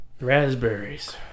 raspberries